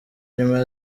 nyuma